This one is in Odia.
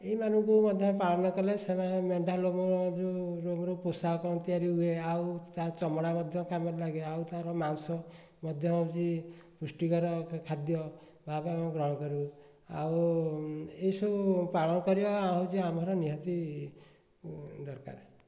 ଏହି ମାନଙ୍କୁ ମଧ୍ୟ ପାଳନ କଲେ ସେମାନେ ମେଣ୍ଢା ଲୋମରୁ ପୋଷାକ କ'ଣ ତିଆରି ହୁଏ ଆଉ ତା' ଚମଡ଼ା ମଧ୍ୟ କାମରେ ଲାଗେ ଆଉ ତାର ମାଉଁଷ ମଧ୍ୟ ହେଉଛି ପୃଷ୍ଟିକର ଖାଦ୍ୟ ଭାବରେ ଆମେ ଗ୍ରହଣ କରୁ ଆଉ ଏସବୁ ପାଳନ କରିବା ହଉଛି ଆମର ନିହାତି ଦରକାର